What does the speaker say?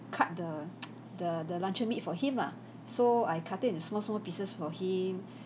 cut the the the luncheon meat for him lah so I cut it into small small pieces for him